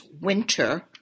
winter